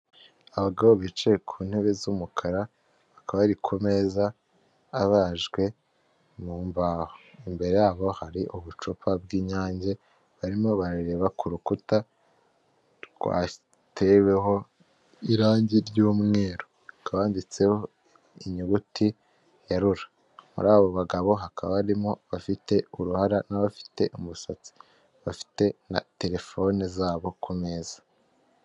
Abagabo bicaye ku ntebe z'umukara bakaba bari ku meza abajwe mu mbaho, imbere yabo hari ubucupa bw'inyange, barimo barareba ku rukuta rwateweho irangi ry'umweru, hakaba handitseho inyuguti ya rura, muri abo bagabo hakaba harimo abafite uruhara n'abafite umusatsi, bafite na telefone zabo ku meza.